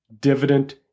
dividend